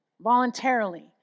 voluntarily